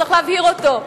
צריך להבהיר אותו.